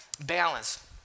Balance